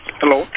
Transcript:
Hello